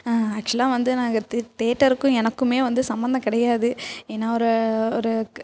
ஆக்சுவலாக வந்து நாங்கள் தேட்டருக்கும் எனக்கும் வந்து சம்மந்தம் கிடையாது ஏன்னா ஒரு ஒரு